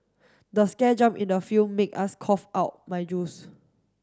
the scare jump in the film made us cough out my juice